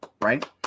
right